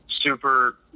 super